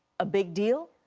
a big deal?